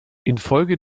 infolge